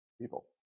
people